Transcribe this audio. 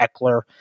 Eckler